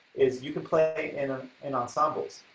is you can play in ah in ensembles.